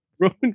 Roman